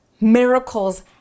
miracles